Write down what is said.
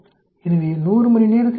எனவே 100 மணிநேரத்தில் 63